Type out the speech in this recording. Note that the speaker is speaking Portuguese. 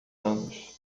anos